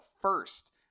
first